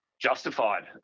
justified